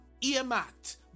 earmarked